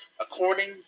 according